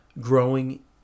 growing